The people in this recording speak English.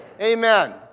amen